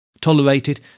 tolerated